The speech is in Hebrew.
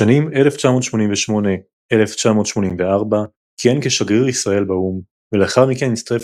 בשנים 1984–1988 כיהן כשגריר ישראל באו"ם ולאחר מכן הצטרף